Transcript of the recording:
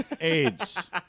AIDS